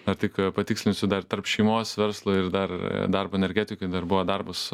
na tik patikslinsiu dar tarp šeimos verslo ir dar darbo energetikoj dar buvo darbas